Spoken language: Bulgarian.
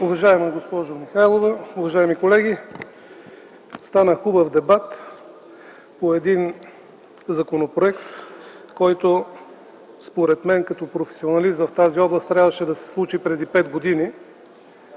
Уважаема госпожо Михайлова, уважаеми колеги! Стана хубав дебат по един законопроект, който според мен като професионалист в тази област трябваше да се случи преди пет години.